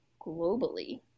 globally